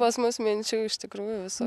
pas mus minčių iš tikrųjų visų